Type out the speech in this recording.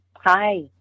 Hi